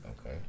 Okay